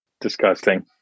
disgusting